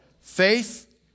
faith